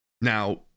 Now